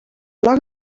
lag